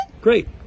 Great